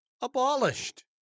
abolished